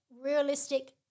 realistic